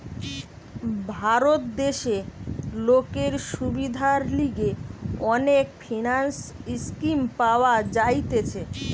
ভারত দেশে লোকের সুবিধার লিগে অনেক ফিন্যান্স স্কিম পাওয়া যাইতেছে